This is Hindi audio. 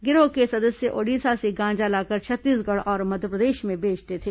गिरोह के सदस्य ओडिशा से गांजा लाकर छत्तीसगढ़ और मध्यप्रदेश में बेचते थे